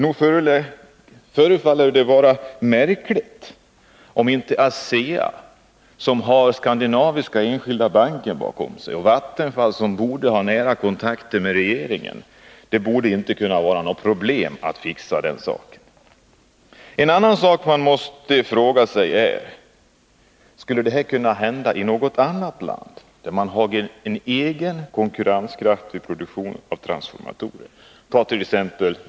Nog förefaller det vara märkligt om inte ASEA, som har Skandinaviska Enskilda Banken bakom sig, och Vattenfall, som borde ha goda kontakter med regeringen, kunde komma överens om finansieringen. Det borde inte vara något problem att fixa den saken. En annan fråga som man måste ställa sig är: Skulle detta kunna hända i något annat land där man har en egen konkurrenskraftig produktion av transformatorer?